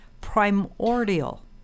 Primordial